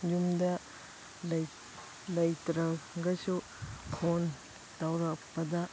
ꯌꯨꯝꯗ ꯂꯩꯇ꯭ꯔꯥꯒꯁꯨ ꯐꯣꯟ ꯇꯧꯔꯛꯄꯗ